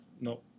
No